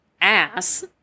ass